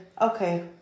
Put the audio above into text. okay